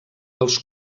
als